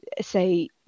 say